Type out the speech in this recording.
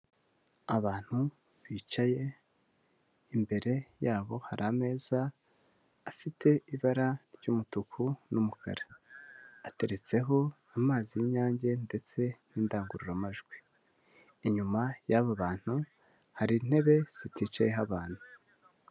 Abantu bicaye imbere yabo hari ameza afite ibara ry'umutuku n'umukara, ateretseho amazi y'inyange ndetse n'indangurura majwi, inyuma y'abo bantu hari intebe ziticayeho abantu.